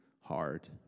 hard